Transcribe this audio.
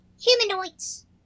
humanoids